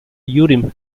urim